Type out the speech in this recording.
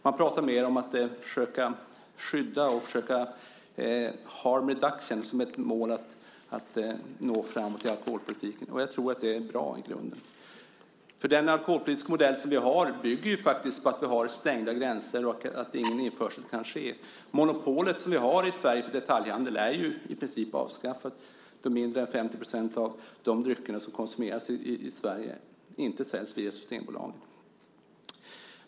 Man pratar mer om att försöka skydda, att ha harm reduction som ett mål för att nå framåt i alkoholpolitiken. Jag tror att det i grunden är bra. Den alkoholpolitiska modell vi har bygger faktiskt på att vi har stängda gränser och att ingen införsel kan ske. Det detaljhandelsmonopol vi har i Sverige är ju i princip avskaffat då mer än 50 % av de drycker som konsumeras i Sverige inte säljs via Systembolaget.